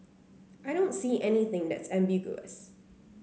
I don't see anything that's ambiguous